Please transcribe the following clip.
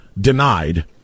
denied